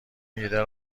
ایده